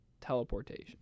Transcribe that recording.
Teleportation